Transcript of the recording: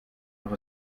doch